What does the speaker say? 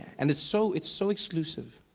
and it's so it's so exclusive,